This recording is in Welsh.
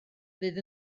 fydd